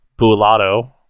Bulato